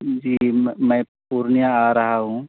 جی میں پورنیہ آ رہا ہوں